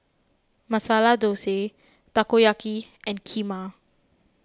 Masala Dosa Takoyaki and Kheema